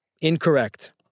Incorrect